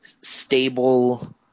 stable